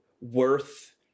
worth